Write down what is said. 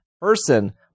person